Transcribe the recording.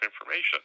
information